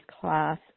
class